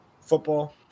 football